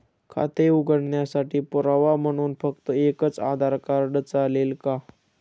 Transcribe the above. खाते उघडण्यासाठी पुरावा म्हणून फक्त एकच आधार कार्ड चालेल का?